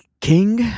king